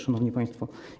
Szanowni Państwo!